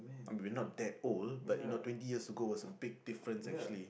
I mean we're not that old but you know twenty years ago was a big difference actually